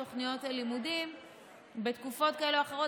תוכניות הלימודים בתקופות כאלה או אחרות,